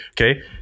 Okay